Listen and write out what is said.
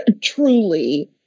truly